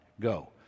go